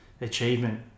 achievement